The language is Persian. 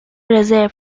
رزرو